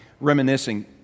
reminiscing